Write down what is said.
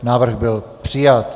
Návrh byl přijat.